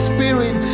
Spirit